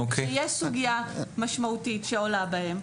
אם יש סוגיה משמעותית שעולה בהם,